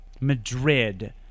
Madrid